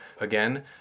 Again